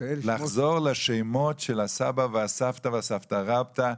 לחזור לשמות של הסבא והסבתא והסבתא רבתא,